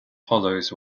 hollows